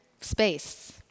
space